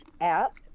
app